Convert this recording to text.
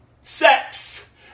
sex